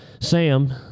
Sam